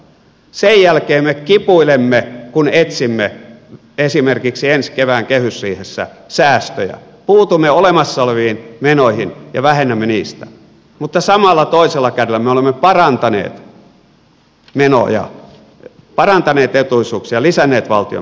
sen jälkeen me kipuilemme kun etsimme esimerkiksi ensi kevään kehysriihessä säästöjä puutumme olemassa oleviin menoihin ja vähennämme niistä mutta samalla toisella kädellä me olemme parantaneet etuisuuksia lisänneet valtion menoja